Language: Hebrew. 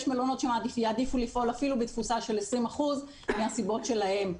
יש מלונות שיעדיפו לפעול אפילו בתפוסה של 20% מהסיבות שלהם.